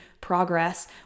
progress